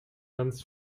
ganz